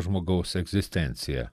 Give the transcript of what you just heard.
žmogaus egzistenciją